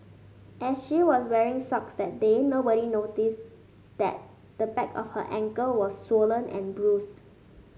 as she was wearing socks that day nobody notice that the back of her ankle was swollen and bruised